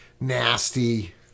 nasty